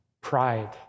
Pride